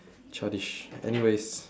childish anyways